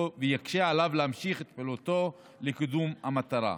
ויקשה עליו להמשיך את פעילותו לקידום המטרה.